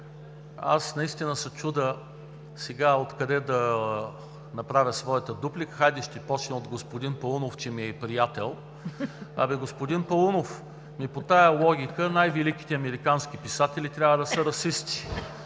Аз наистина се чудя сега откъде да направя своята дуплика! Хайде, ще започна от господин Паунов, че ми е приятел. Абе, господин Паунов, ами по тази логика най-великите американски писатели трябва да са расисти.